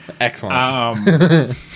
Excellent